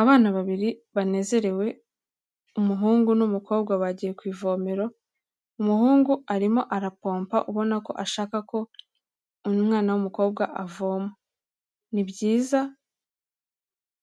Abana babiri banezerewe, umuhungu n'umukobwa bagiye ku ivomero, umuhungu arimo arapompa ubona ko ashaka ko umwana w'umukobwa avoma. Ni byiza